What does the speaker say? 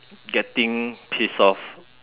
getting pissed off